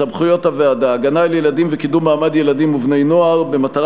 סמכויות הוועדה: הגנה על ילדים וקידום מעמד ילדים ובני-נוער במטרה